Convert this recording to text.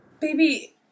Baby